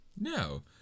no